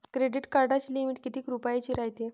Credit कार्डाची limit कितीक रुपयाची रायते?